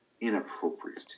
inappropriate